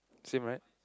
same right